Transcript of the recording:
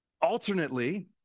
Alternately